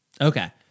Okay